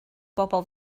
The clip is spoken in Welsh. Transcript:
bobol